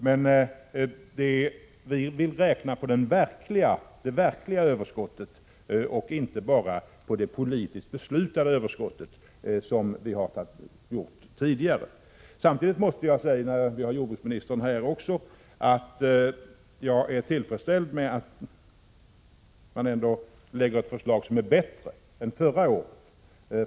Vi vill däremot räkna på det verkliga överskottet, inte bara på det politiskt beslutade överskottet, som man har gjort tidigare. Samtidigt måste jag säga, när vi nu har jordbruksministern här, att jag är tillfredsställd med att man ändå lägger fram ett förslag som är bättre än förra årets.